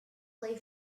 lay